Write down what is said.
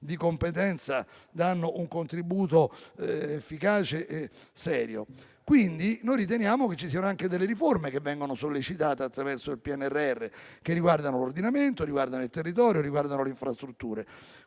di competenza danno un contributo efficace e serio. Riteniamo che ci siano anche riforme che vengono sollecitate attraverso il PNRR, che riguardano l'ordinamento, il territorio e le infrastrutture.